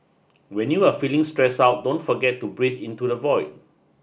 when you are feeling stress out don't forget to breathe into the void